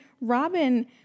Robin